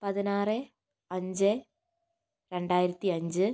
പതിനാറ് അഞ്ച് രണ്ടായിരത്തി അഞ്ച്